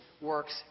works